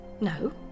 No